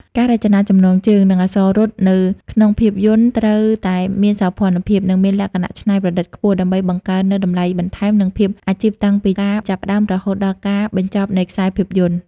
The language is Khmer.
ការរចនាចំណងជើង និងអក្សររត់នៅក្នុងភាពយន្តត្រូវតែមានសោភ័ណភាព និងមានលក្ខណៈច្នៃប្រឌិតខ្ពស់ ដើម្បីបង្កើននូវតម្លៃបន្ថែម និងភាពអាជីពតាំងពីការចាប់ផ្ដើមរហូតដល់ការបញ្ចប់នៃខ្សែភាពយន្ត។